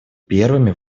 первыми